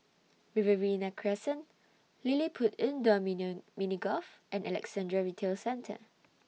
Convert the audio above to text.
Riverina Crescent LilliPutt Indoor million Mini Golf and Alexandra Retail Centre